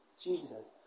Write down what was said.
Jesus